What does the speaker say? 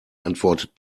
antwortet